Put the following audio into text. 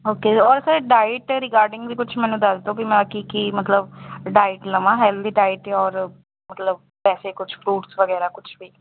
okay ਔਰ sir diet regarding ਵੀ ਕੁਛ ਮੈਨੂੰ ਦੱਸ ਦਿਓ ਕਿ ਮੈਂ ਕੀ ਕੀ ਮਤਲਬ ਡਾਇਟ ਲਵਾਂ ਹੈਲਦੀ ਡਾਇਟ ਔਰ ਮਤਲਬ ਵੈਸੇ ਕੁਛ ਫਰੂਟਸ ਵਗੈਰਾ ਕੁਛ ਵੀ